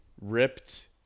ripped